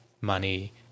money